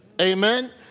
Amen